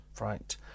Right